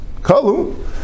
Kalu